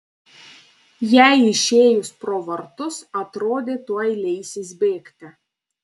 jai išėjus pro vartus atrodė tuoj leisis bėgti